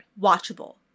watchable